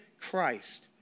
Christ